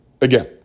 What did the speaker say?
Again